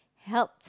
help